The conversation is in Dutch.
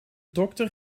dokter